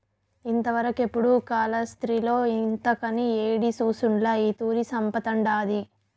ఇంతవరకెపుడూ కాలాస్త్రిలో ఇంతకని యేడి సూసుండ్ల ఈ తూరి సంపతండాది